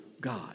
God